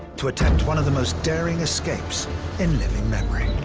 to attempt one of the most daring escapes in living memory.